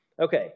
Okay